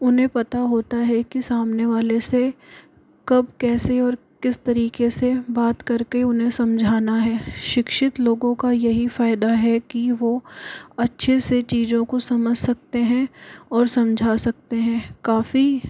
उन्हें पता होता है कि सामने वाले से कब कैसे और किस तरीके से बात कर के उन्हें समझाना है शिक्षित लोगों का यही फ़ायदा है कि वह अच्छे से चीज़ों को समझ सकते हैं और समझा सकते हैं काफ़ी